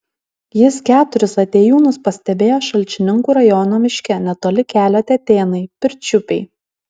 jis keturis atėjūnus pastebėjo šalčininkų rajono miške netoli kelio tetėnai pirčiupiai